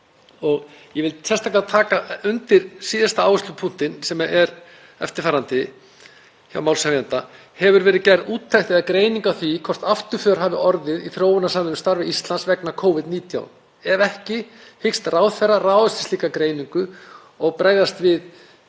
Ég vil sérstaklega taka undir síðasta áherslupunktinn sem er eftirfarandi hjá málshefjanda: Hefur verið gerð úttekt eða greining á því hvort afturför hafi orðið í þróunarsamvinnustarfi Íslands vegna Covid-19? Ef ekki, hyggst ráðherra ráðast í slíka greiningu og bregðast við